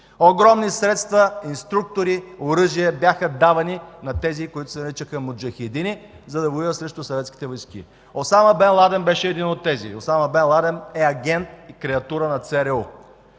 Огромни средства, инструктори, оръжия бяха давани на тези, които се наричаха муджахидини, за да воюват срещу съветските войски. Осама Бин Ладен беше един от тези. Осама Бин Ладен е агент и креатура на ЦРУ.